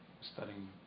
studying